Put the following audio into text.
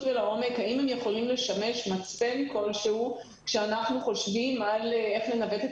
ולעומק האם הם יכולים לשמש מצפן כלשהו כשאנחנו חושבים על איך לנווט את